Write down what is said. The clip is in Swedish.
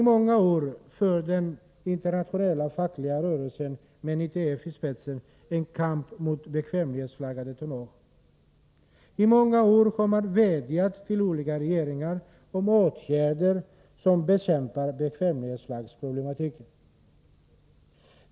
I många år har den internationella fackliga rörelsen med ITF i spetsen fört en kamp mot bekvämlighetsflaggat tonnage. I många år har man vädjat till olika regeringar om åtgärder för kamp mot bekvämlighetsflaggsproblematiken.